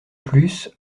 plus